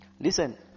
Listen